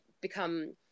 become